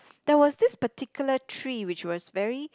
there was this particular tree which was very